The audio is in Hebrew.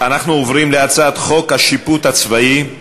אנחנו עוברים להצעת חוק השיפוט הצבאי (תיקון,